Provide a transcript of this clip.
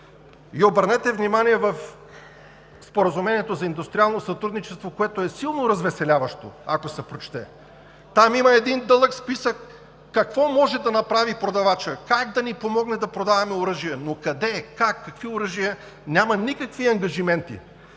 Обърнете внимание, Споразумението за индустриално сътрудничество е силно развеселяващо, ако се прочете. Там има един дълъг списък какво може да направи продавачът, как да ни помогне да продаваме оръжия, но къде, как, какви оръжия – няма никакви ангажименти.